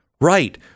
Right